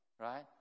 Right